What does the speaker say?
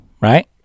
right